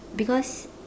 because